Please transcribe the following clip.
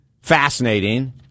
Fascinating